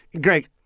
Greg